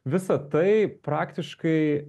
visa tai praktiškai